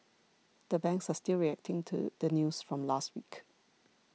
the banks are still reacting to the news from last week